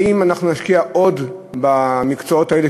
האם אנחנו נשקיע עוד במקצועות האלה,